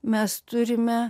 mes turime